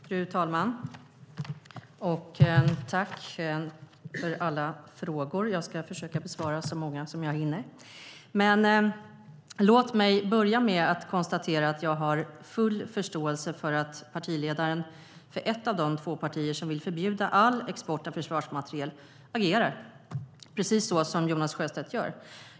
Fru talman! Tack för alla frågor! Jag ska försöka besvara så många som jag hinner. Låt mig börja med att konstatera att jag har full förståelse för att partiledaren för ett av de två partier som vill förbjuda all export av försvarsmateriel agerar precis så som Jonas Sjöstedt gör.